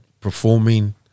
performing